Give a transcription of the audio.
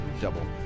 double